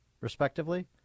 respectively